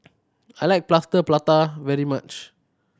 I like Plaster Prata very much